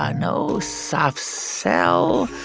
um no. soft sell,